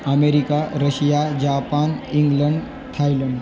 America Russia Japan England Thailand